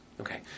Okay